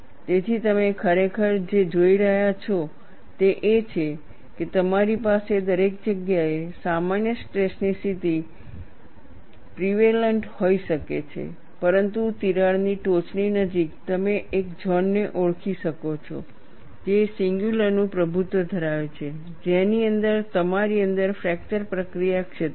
તેથી તમે ખરેખર જે જોઈ રહ્યા છો તે એ છે કે તમારી પાસે દરેક જગ્યાએ સામાન્ય સ્ટ્રેસની સ્થિતિ પ્રેવેલન્ટ હોઈ શકે છે પરંતુ તિરાડની ટોચની નજીક તમે એક ઝોનને ઓળખી શકો છો જે સિંગયુલરનું પ્રભુત્વ ધરાવે છે જેની અંદર તમારી અંદર ફ્રેકચર પ્રક્રિયા ક્ષેત્ર છે